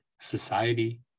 society